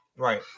Right